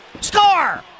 Score